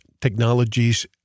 technologies